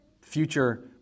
future